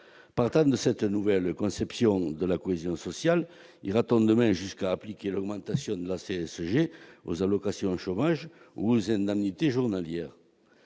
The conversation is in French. partant de cette nouvelle conception de la cohésion sociale demain jusqu'à appliquer l'augmentation de la CSG aux allocations chômage aux d'amitié journalière